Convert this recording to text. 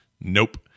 Nope